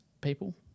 people